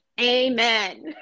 Amen